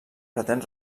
pretén